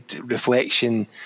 reflection